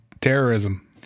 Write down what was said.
terrorism